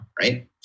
right